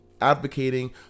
advocating